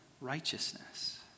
righteousness